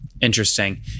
interesting